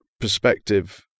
perspective